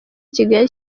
kigali